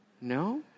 No